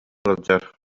ыалдьар